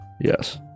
Yes